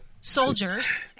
soldiers